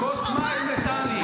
כוס מים לטלי.